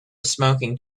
smoking